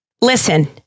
Listen